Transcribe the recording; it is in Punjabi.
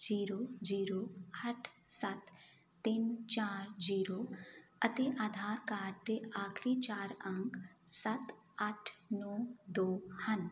ਜੀਰੋ ਜੀਰੋ ਅੱਠ ਸੱਤ ਤਿੰਨ ਚਾਰ ਜੀਰੋ ਅਤੇ ਆਧਾਰ ਕਾਰਡ ਦੇ ਆਖਰੀ ਚਾਰ ਅੰਕ ਸੱਤ ਅੱਠ ਨੌਂ ਦੋ ਹਨ